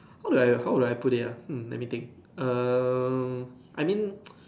how do I how do I put it ah hmm let me think um I mean